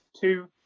Two